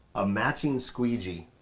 a matching squeegee.